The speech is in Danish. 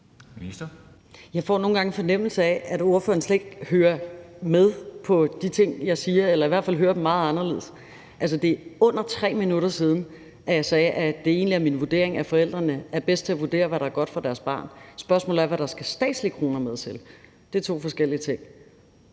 fornemmelse af, at fru Mette Thiesen slet ikke hører de ting, jeg siger, eller i hvert fald hører dem meget anderledes. Altså, det er under 3 minutter siden, jeg sagde, at det egentlig er min vurdering, at forældrene er bedst til at vurdere, hvad der er godt for deres barn. Spørgsmålet er, hvad der skal statslige kroner med til. Det er to forskellige ting.